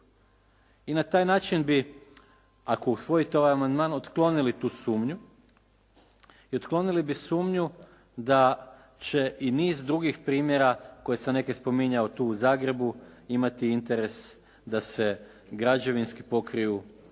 I na taj način bi ako usvojite ovaj amandman otklonili tu sumnju i otklonili bi sumnju da će i niz drugih primjera koje sam neke spominjao tu u Zagrebu imati interes da se građevinski pokriju